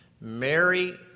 Mary